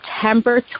September